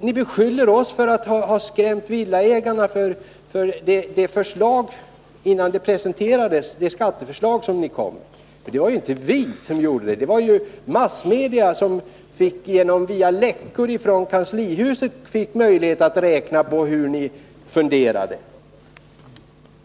Ni beskyller oss för att ha skrämt villaägarna för det skatteförslag som ni skulle lägga fram. Det var ju inte vi som gjorde det — det var massmedia som via läckor i kanslihuset fick möjlighet att räkna på hur ni funderade.